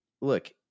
Look